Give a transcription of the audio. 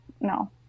no